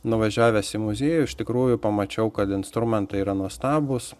nuvažiavęs į muziejų iš tikrųjų pamačiau kad instrumentai yra nuostabūs